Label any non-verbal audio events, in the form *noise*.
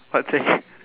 what thing *laughs*